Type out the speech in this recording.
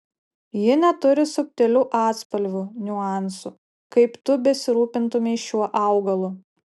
ji neturi subtilių atspalvių niuansų kaip tu besirūpintumei šiuo augalu